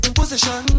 position